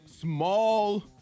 small